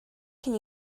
can